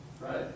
Right